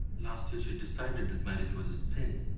last year she decided that marriage was a sin.